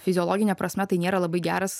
fiziologine prasme tai nėra labai geras